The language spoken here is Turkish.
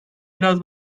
biraz